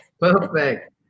Perfect